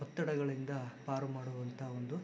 ಒತ್ತಡಗಳಿಂದ ಪಾರು ಮಾಡುವಂತಹ ಒಂದು